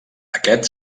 aquest